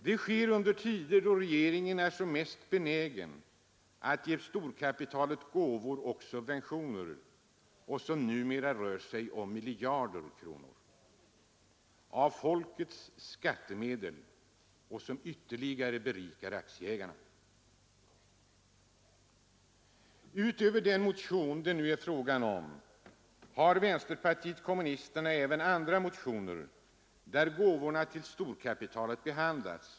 Det sker under en tid då regeringen är som mest benägen att ge storkapitalet gåvor och subventioner vilka numera uppgår till miljarder kronor av folkets skattemedel och vilka ytterligare berikar aktieägarna. Utöver den motion det nu är frågan om har vänsterpartiet kommunisterna även andra motioner där gåvorna till storkapitalet behandlas.